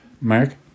Mark